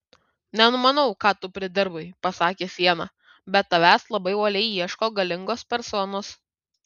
nenumanau ką tu pridirbai pasakė siena bet tavęs labai uoliai ieško galingos personos